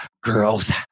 girls